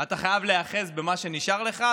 אתה חייב להיאחז במה שנשאר לך,